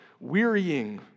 wearying